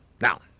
Now